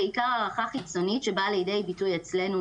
בעיקר הערכה חיצונית שבאה לידי ביטוי אצלנו